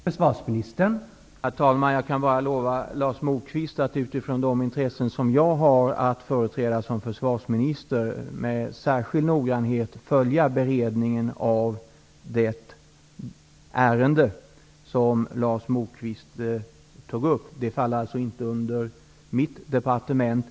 Herr talman! Jag kan lova Lars Moquist att jag utifrån de intressen som jag som försvarsminister har att företräda med särskild noggrannhet kommer att följa beredningen av det ärende som Lars Moquist tog upp. Det faller alltså inte under mitt departement.